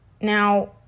Now